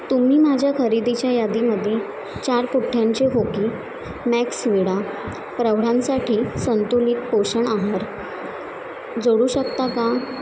तुम्ही माझ्या खरेदीच्या यादीमध्ये चार पुठ्ठ्यांचे खोकी मॅक्सविडा प्रौढांसाठी संतुलित पोषण आहार जोडू शकता का